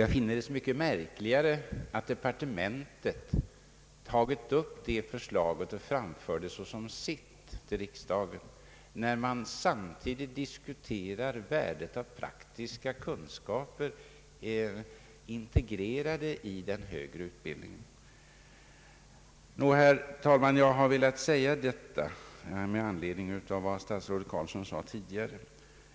Jag finner det så mycket märkligare att departementet tagit upp detta förslag och framför det såsom sitt till riksdagen, när man samtidigt diskuterar värdet av praktiska kunskaper integrerade i den högre utbildningen. Herr talman! Jag har velat säga detta med anledning av vad statsrådet Carlsson tidigare yttrade.